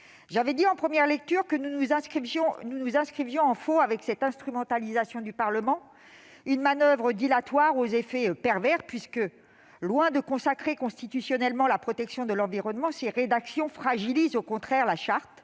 J'avais dit, en première lecture, que nous nous inscrivions en faux contre cette instrumentalisation du Parlement, une manoeuvre dilatoire aux effets pervers. En effet, loin de consacrer constitutionnellement la protection de l'environnement, ces rédactions fragilisent au contraire la Charte,